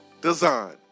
design